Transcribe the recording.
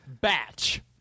Batch